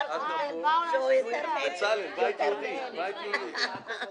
ב-13 דקות איחור.